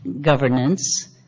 governance